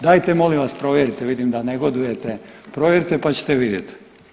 Dajte molim vas, provjerite, vidim da negodujete, provjerite pa ćemo vidjeti.